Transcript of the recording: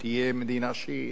ותהיה מדינה שיעית,